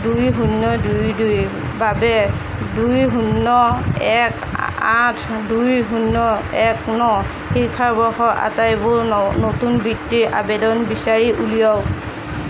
দুই শূন্য দুই দুইৰ বাবে দুই শূন্য এক আঠ দুই শূন্য এক ন শিক্ষাবৰ্ষৰ আটাইবোৰ নতুন বৃত্তিৰ আবেদন বিচাৰি উলিয়াওক